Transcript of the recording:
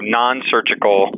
non-surgical